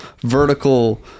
vertical